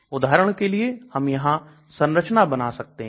उदाहरण के लिए हम यहां संरचना बना सकते हैं